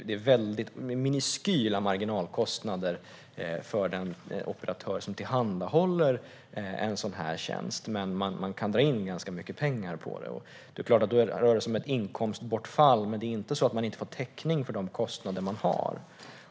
Det är mycket små marginalkostnader för den operatör som tillhandahåller en sådan här tjänst, men man kan dra in ganska mycket pengar på det. Det är klart att det rör sig om ett inkomstbortfall, men det är ju inte så att man inte får täckning för de kostnader man har.